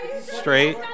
Straight